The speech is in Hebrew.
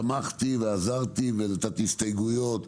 תמכתי ועזרתי ונתתי הסתייגויות.